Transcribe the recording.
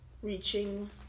Reaching